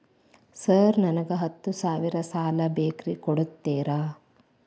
Sir ನನಗ ಹತ್ತು ಸಾವಿರ ಸಾಲ ಬೇಕ್ರಿ ಕೊಡುತ್ತೇರಾ?